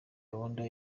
gahunda